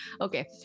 Okay